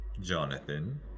Jonathan